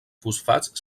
fosfats